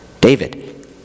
David